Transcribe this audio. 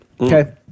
Okay